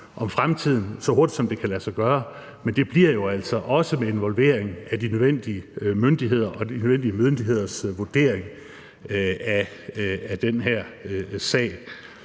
om fremtiden så hurtigt, som det kan lade sig gøre, men det bliver jo altså også med involvering af de nødvendige myndigheder og deres vurdering af den her sag.